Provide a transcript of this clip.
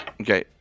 Okay